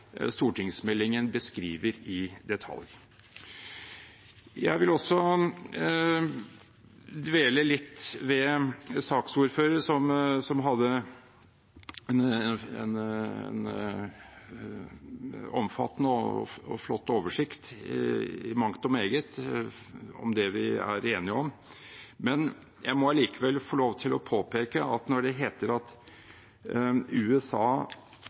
stortingsmeldingen beskriver i detalj. Jeg vil også dvele litt ved innlegget til saksordføreren, som hadde en omfattende og flott oversikt i mangt og meget om det vi er enige om. Men jeg må allikevel få lov til å påpeke at når det heter at USA